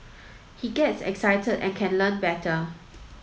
he gets excited and can learn better